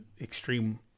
extreme